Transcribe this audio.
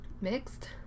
mixed